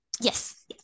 yes